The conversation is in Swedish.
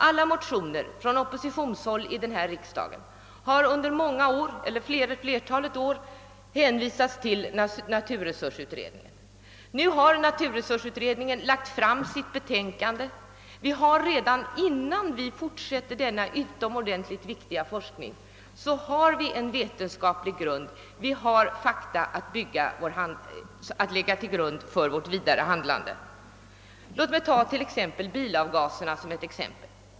Alla miljövårdsmotioner från oppositionshåll i denna kammare har under flera år hänvisats till naturresursutredningen, och nu har denna utredning framlagt sitt betänkande. Redan innan vi fortsätter utbyggnaden av denna utomordentligt viktiga forskning har vi därmed fått fakta att lägga till grund för vårt vidare handlande. Låt mig som exempel ta bilavgaserna.